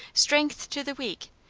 strength to the weak,